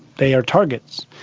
they are targets.